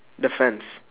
the fence